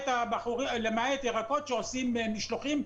למעט ירקות שעושים משלוחים,